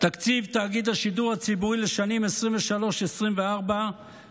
תקציב תאגיד השידור הציבורי לשנים 2023 2024 עמד